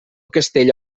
castell